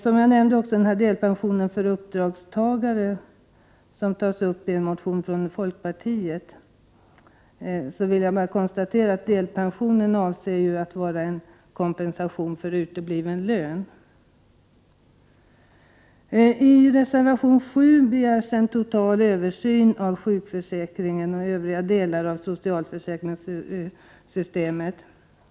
När det gäller frågan om delpensionen för uppdragstagare, som tas uppien motion från folkpartiet, vill jag bara konstatera att delpensionen ju avser att vara en kompensation för utebliven lön. I reservation 7 begärs en total översyn av sjukförsäkringen och övriga delar av socialförsäkringssystemet.